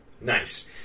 Nice